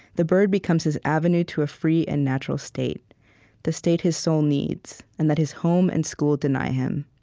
the bird becomes his avenue to a free and natural state the state his soul needs, and that his home and school deny him.